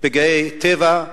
פגעי טבע,